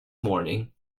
morning